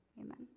Amen